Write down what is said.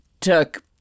took